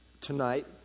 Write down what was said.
tonight